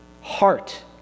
heart